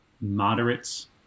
moderates